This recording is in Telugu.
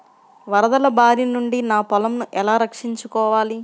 వరదల భారి నుండి నా పొలంను ఎలా రక్షించుకోవాలి?